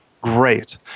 Great